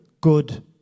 good